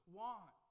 want